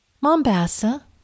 Mombasa